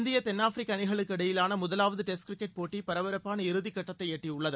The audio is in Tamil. இந்திய தென்னாப்பிரிக்க அணிகளுக்கு இடையிலான முதலாவது டெஸ்ட் கிரிக்கெட் போட்டி பரபரப்பான இறுதிக்கட்டத்தை எட்டியுள்ளது